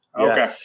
Okay